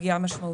פגיעה משמעותית,